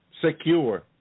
Secure